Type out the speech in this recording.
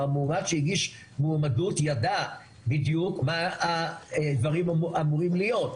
כלומר מועמד שהגיש מועמדות ידע בדיוק מה הדברים אמורים להיות.